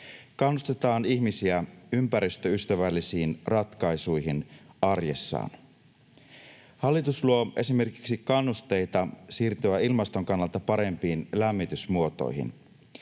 Kannustetaan ihmisiä ympäristöystävällisiin ratkaisuihin arjessaan. Hallitus luo esimerkiksi kannusteita siirtyä ilmaston kannalta parempiin lämmitysmuotoihin.